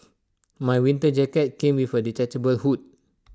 my winter jacket came with A detachable hood